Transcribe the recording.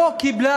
לא קיבלה,